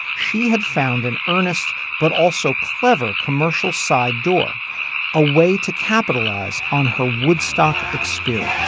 she had found an earnest but also clever commercial side door a way to capitalize on her woodstock experience